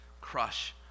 crush